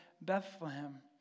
Bethlehem